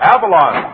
Avalon